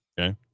okay